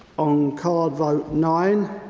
um card vote nine,